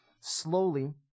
slowly